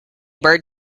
bird